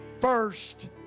first